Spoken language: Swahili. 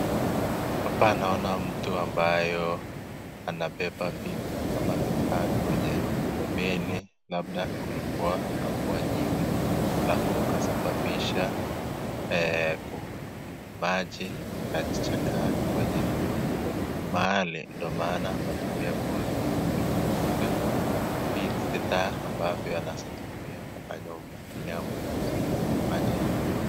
Hapana naona mtu ambaye anabeba vitu ama vifaa kwenye meli. Labda kulikuwa na mvua nyingi alafu ukasababisha eh maji ikachachakaa kwenye hii mahali. Ndio maana anatumia boti ili kukinga vitu ambavyo anasatumia kwa nyumba. Ni muhimu sana kufanya hivi.